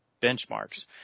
benchmarks